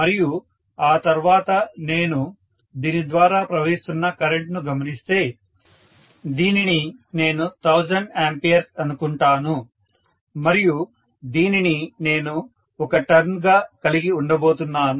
మరియు ఆ తర్వాత నేను దీని ద్వారా ప్రవహిస్తున్న కరెంట్ ను గమనిస్తే దీనిని నేను 1000A అనుకుంటాను మరియు దీనిని నేను ఒక టర్న్ గా కలిగి ఉండబోతున్నాను